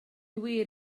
wir